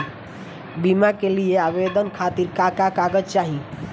बीमा के लिए आवेदन खातिर का का कागज चाहि?